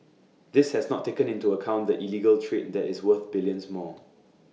this has not taken into account the illegal trade that is worth billions more